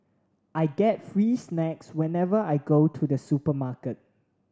I get free snacks whenever I go to the supermarket